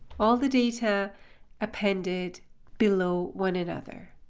all the data appended below one another.